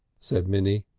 said minnie.